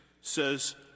says